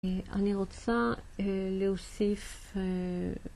אני רוצה להוסיף אה...